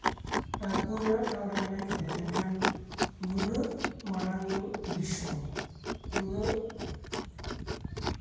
ᱮᱸᱫ ᱯᱩᱱ ᱟᱱᱟᱜ ᱴᱷᱟᱶ ᱨᱮ ᱢᱮᱱᱟᱭ ᱟᱠᱟᱫᱮᱭᱟ ᱮᱱᱠᱷᱟᱱ ᱱᱩᱱᱟᱹᱜ ᱢᱟᱲᱟᱝ ᱫᱤᱥᱚᱢ ᱱᱩᱱᱟᱹᱜ